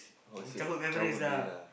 our childhood memories lah